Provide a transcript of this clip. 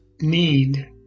need